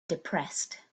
depressed